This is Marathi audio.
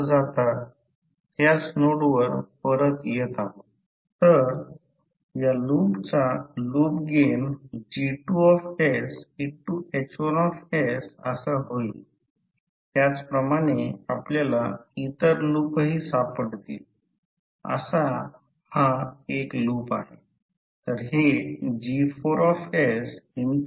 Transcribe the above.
समान फीलोसोफी घडेल जर पुढे निगेटिव्ह दिशेने करंट वाढवला म्हणजे या गोष्टीचा अर्थ आहे तो ज्या प्रकारे इथे पोहचला आहे तसाच होईल आणि तो एक पॉइंट मिळेल म्हणून जसे तिथे सॅच्युरेशन पॉईंट होईल